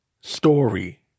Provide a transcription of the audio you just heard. story